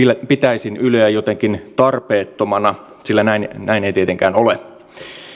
pitäisin yleä jotenkin tarpeettomana sillä näin näin ei tietenkään ole